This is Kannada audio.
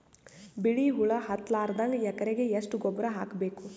ಬಿಳಿ ಹುಳ ಹತ್ತಲಾರದಂಗ ಎಕರೆಗೆ ಎಷ್ಟು ಗೊಬ್ಬರ ಹಾಕ್ ಬೇಕು?